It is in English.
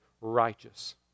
righteous